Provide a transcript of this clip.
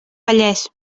vallès